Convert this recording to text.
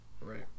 right